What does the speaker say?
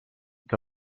que